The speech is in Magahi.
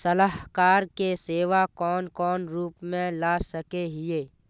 सलाहकार के सेवा कौन कौन रूप में ला सके हिये?